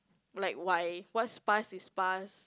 like why what's passed is passed